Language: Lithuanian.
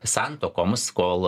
santuokoms kol